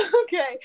Okay